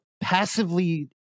passively